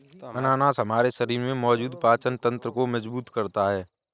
अनानास हमारे शरीर में मौजूद पाचन तंत्र को मजबूत करता है